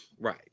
Right